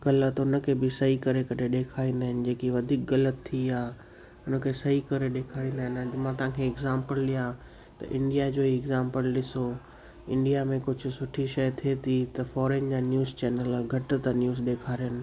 ग़लति उन खे बि सही करे करे ॾेखाईंदा आहिनि जेकी वधीक ग़लति थी आहे उन खे सही करे ॾेखारींदा आहिनि अॼ मां तव्हांखे एग्ज़ांपल ॾियां त इंडिया जो ई एग्ज़ांपल ॾिसो इंडिया में कुझु सुठी शइ थिए थी त फॉरेन जा न्यूस चैनल घटि था न्यूस ॾेखारनि